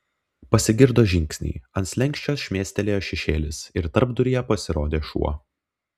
pasigirdo žingsniai ant slenksčio šmėstelėjo šešėlis ir tarpduryje pasirodė šuo